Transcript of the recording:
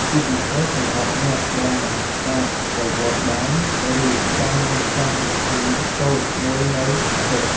ជាពិសេសសម្រាប់អ្នកដែលមិនអាចទៅវត្តបាន ឬចង់រៀបចំពិធីតូចមួយនៅផ្ទះ។